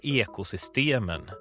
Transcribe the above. ekosystemen